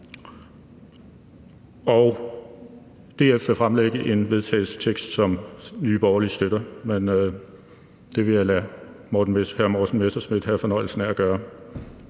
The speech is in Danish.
et forslag til vedtagelse, som Nye Borgerlige støtter, men jeg vil lade hr. Morten Messerschmidt have fornøjelsen af at